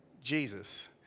Jesus